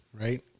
right